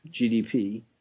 GDP